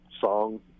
song